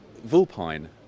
Vulpine